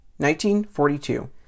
1942